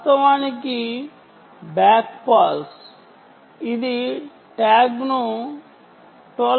వాస్తవానికి back pause ఇది ట్యాగ్ను 12